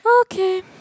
Okay